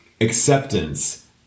acceptance